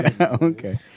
Okay